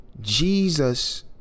Jesus